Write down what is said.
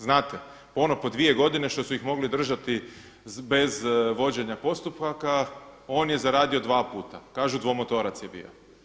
Znate ono po dvije godine što su ih mogli držati bez vođenja postupaka on je zaradio dva puta, kažu dvomotorac je bio.